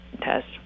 test